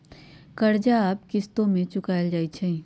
कर्जा अब किश्तो में चुकाएल जाई छई